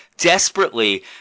Desperately